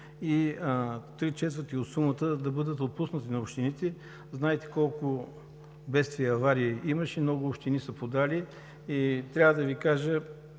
от сумата да бъде отпусната на общините. Знаете колко бедствия и аварии имаше. Много общини са подали искания, и трябва да Ви кажа